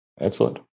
excellent